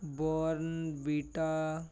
Bournvita